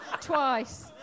Twice